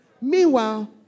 meanwhile